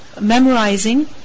memorizing